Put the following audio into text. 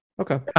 Okay